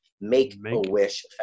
Make-A-Wish